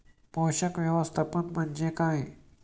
पोषक व्यवस्थापन म्हणजे काय?